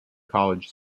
college